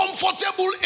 comfortable